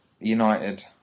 United